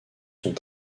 sont